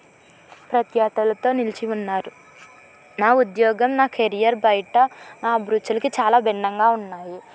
ప్రఖ్యాతలతో నిలిచి ఉన్నారు నా ఉద్యోగం నా కెరియర్ బయట అభిరుచులకు చాలా భిన్నంగా ఉన్నాయి